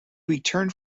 returned